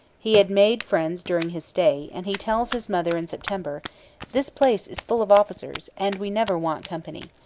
he had made friends during his stay, and he tells his mother in september this place is full of officers, and we never want company.